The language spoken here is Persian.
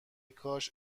کاش